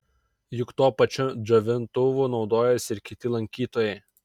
juk tuo pačiu džiovintuvu naudojasi ir kiti lankytojai